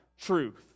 truth